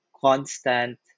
constant